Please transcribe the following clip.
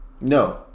No